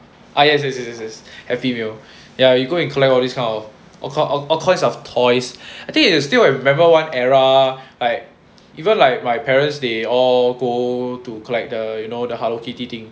ah yes yes yes yes yes happy meal ya you go and collect all this kind of kind of all kinds of toys I think it is still I remember one era I even like my parents they all go to collect the you know the hello kitty thing